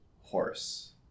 horse